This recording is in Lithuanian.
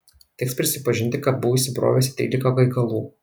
teks prisipažinti kad buvau įsibrovęs į trylika gaigalų